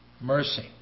mercy